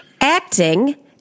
acting